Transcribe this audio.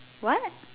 what